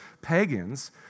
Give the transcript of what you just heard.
pagans